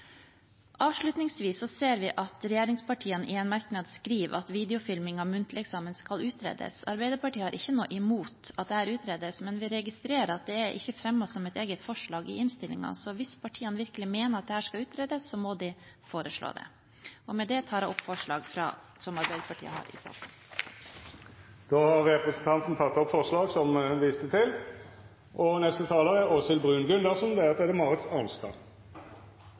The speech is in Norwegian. Avslutningsvis ser vi at regjeringspartiene i en merknad skriver at videofilming av muntlig eksamen skal utredes. Arbeiderpartiet har ikke noe imot at dette utredes, men vi registrerer at det ikke er fremmet som et eget forslag i innstillingen. Så hvis partiene virkelig mener at dette skal utredes, må de foreslå det. Med det anbefaler jeg komiteens innstilling. Jeg registrerer at tre av ti studenter ved Universitetet i Oslo fullfører studiet sitt på normert tid. Tre av ti er